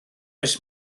oes